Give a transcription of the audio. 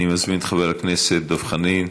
אני מזמין את חבר הכנסת דב חנין.